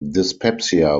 dyspepsia